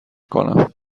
کنم